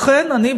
אכן אני,